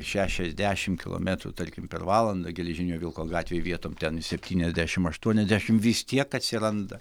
šešiasdešimt kilometrų tarkim per valandą geležinio vilko gatvėj vietom ten septyniasdešim aštuoniasdešim vis tiek atsiranda